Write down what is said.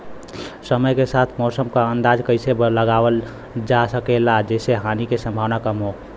समय के साथ मौसम क अंदाजा कइसे लगावल जा सकेला जेसे हानि के सम्भावना कम हो?